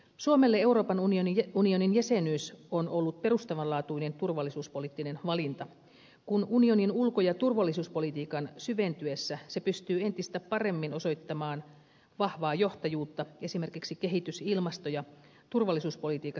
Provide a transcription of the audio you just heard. suomelle euroopan unionin jäsenyys on ollut perustavan laatuinen turvallisuuspoliittinen valinta kun unionin ulko ja turvallisuuspolitiikan syventyessä se pystyy entistä paremmin osoittamaan vahvaa johtajuutta esimerkiksi kehitys ilmasto ja turvallisuuspolitiikassa